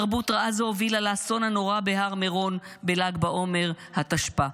"תרבות רעה זו הובילה לאסון הנורא בהר מירון בל"ג בעומר התשפ"א.